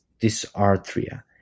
dysarthria